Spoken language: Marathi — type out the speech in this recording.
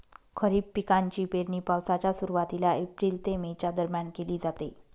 खरीप पिकांची पेरणी पावसाच्या सुरुवातीला एप्रिल ते मे च्या दरम्यान केली जाते